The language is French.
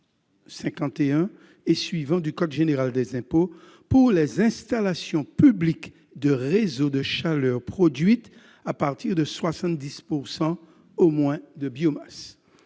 1451 et suivants du code général des impôts pour les installations publiques de réseau de chaleur produite à partir de 70 % au moins de biomasse.